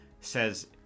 Says